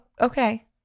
okay